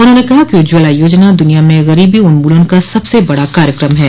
उन्होंने कहा कि उज्ज्वला योजना दुनिया में गरीबी उन्मूलन का सबसे बड़ा कार्यक्रम है